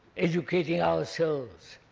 educating ourselves.